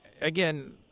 again